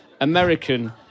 American